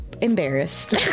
embarrassed